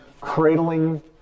cradling